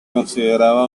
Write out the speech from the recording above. consideraba